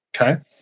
Okay